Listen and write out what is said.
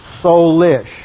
soulish